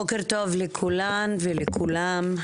בוקר טוב לכולן ולכולם,